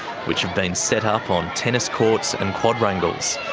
which have been set up on tennis courts and quadrangles.